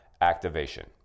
activation